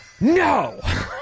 No